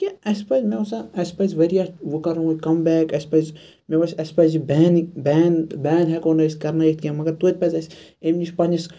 اَسہِ پَزِ مےٚ باسان اَسہِ پَزِ واریاہ وۄنۍ کَرُن وۄنۍ کَم بیک اَسہِ پَزِ مےٚ باسان اَسہِ پَزِ بین یہِ بین بین ہیٚکو نہٕ أسۍ کَرنٲوِتھ کینٛہہ مَگَر توتہٕ پَزِ اَسہِ امہِ نِش پَننِس